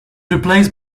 replaced